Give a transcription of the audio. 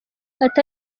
ati